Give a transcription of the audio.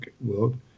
world